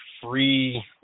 free